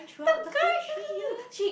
the guy she